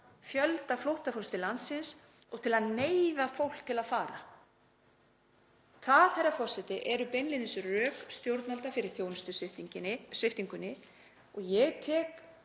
fjölda flóttafólks til landsins og til að neyða fólk til að fara. Það, herra forseti, eru beinlínis rök stjórnvalda fyrir þjónustusviptingunni og ég tek